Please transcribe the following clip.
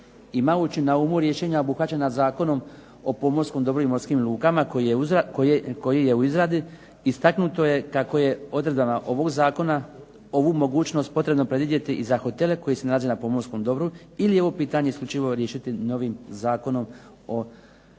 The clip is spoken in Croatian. Imajući na umu rješenja obuhvaćena Zakonom o pomorskom dobru, i morskim lukama koji je u izradi istaknuto je kako je odredbama ovog Zakona ovu mogućnost potrebno predvidjeti i za hotele koji se nalaze na pomorskom dobru ili ovo pitanje isključivo riješiti novim Zakonom o pomorskom dobru